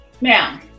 Now